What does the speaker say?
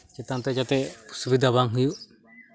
ᱪᱮᱛᱟᱱ ᱛᱮ ᱡᱟᱛᱮ ᱚᱥᱩᱵᱤᱫᱟ ᱵᱟᱝ ᱦᱩᱭᱩᱜ